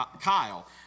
Kyle